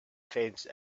fence